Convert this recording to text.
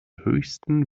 höchsten